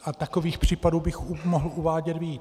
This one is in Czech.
A takových příkladů bych mohl uvádět víc.